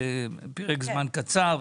דיברנו על זה בפרק זמן קצר.